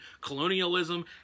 colonialism